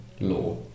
law